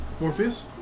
Morpheus